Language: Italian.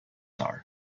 star